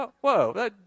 whoa